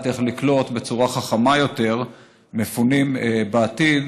איך לקלוט בצורה חכמה יותר מפונים בעתיד,